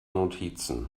notizen